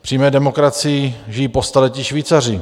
V přímé demokracii žijí po staletí Švýcaři.